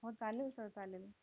हो चालेल सर चालेल